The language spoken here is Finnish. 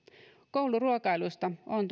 kouluruokailusta on